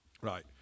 right